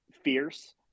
fierce